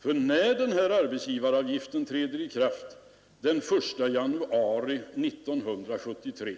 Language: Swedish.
För när den här arbetsgivaravgiften träder i kraft den 1 januari 1973